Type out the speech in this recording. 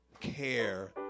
care